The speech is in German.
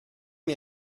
wir